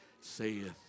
saith